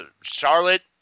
Charlotte